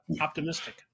optimistic